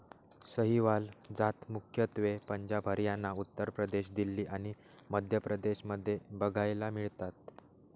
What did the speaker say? सहीवाल जात मुख्यत्वे पंजाब, हरियाणा, उत्तर प्रदेश, दिल्ली आणि मध्य प्रदेश मध्ये बघायला मिळतात